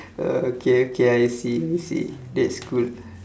okay okay I see I see that's cool